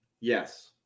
Yes